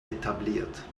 etabliert